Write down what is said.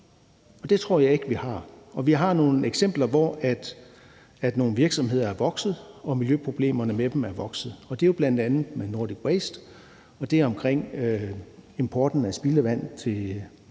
Og det tror jeg ikke vi har. Der er nogle eksempler, hvor nogle virksomheder er vokset, og hvor miljøproblemerne med dem er vokset. Det er bl.a. Nordic Waste, og det er omkring importen af spildevand til